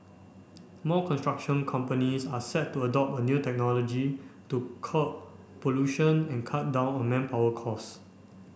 more construction companies are set to adopt a new technology to curb pollution and cut down on manpower costs